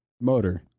motor